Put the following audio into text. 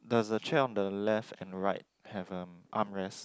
does the chair on the left and right have a armrest